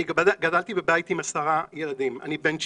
אני גדלתי בבית עם עשרה ילדים, אני בן תשיעי.